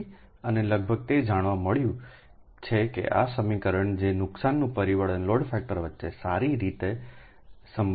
તેથી અને લગભગ તે જાણવા મળ્યું છે કે આ સમીકરણ જે નુકસાનના પરિબળ અને લોડ ફેક્ટર વચ્ચે સારી રીતે સંબંધિત છે